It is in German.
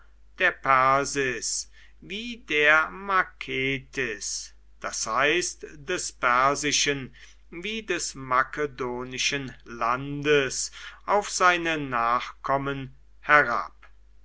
der persis wie der maketis das heißt des persischen wie des makedonischen landes auf seine nachkommen herab